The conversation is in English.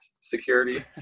security